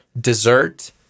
dessert